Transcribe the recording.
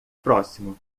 próximo